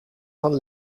van